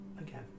again